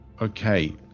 Okay